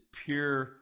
pure